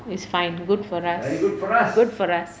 is fine good for us good for us